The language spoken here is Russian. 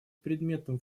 предметным